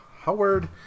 howard